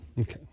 Okay